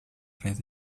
red